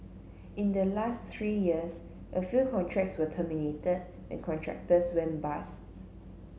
in the last three years a few contracts were terminated when contractors went bust